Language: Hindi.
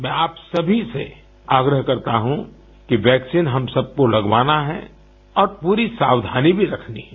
मैं आप सभी से एक बार फिर आग्रह करता हूं कि वैक्सीन हम सबको लगवाना है और पूरी सावधानी भी रखनी है